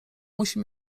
musi